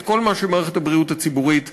כל מה שמערכת הבריאות הציבורית צריכה.